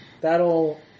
That'll